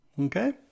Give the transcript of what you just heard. Okay